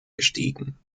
gestiegen